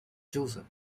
chosen